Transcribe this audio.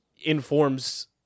Informs